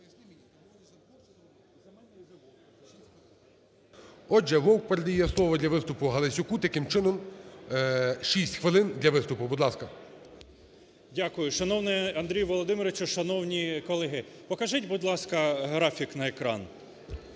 Отже, Вовк передає слово для виступуГаласюку. Таким чином, 6 хвилин для виступу. Будь ласка. 13:28:15 ГАЛАСЮК В.В. Дякую. Шановний Андрію Володимировичу, шановні колеги! Покажіть, будь ласка, графік на екран.